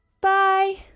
Bye